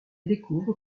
découvre